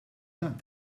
dan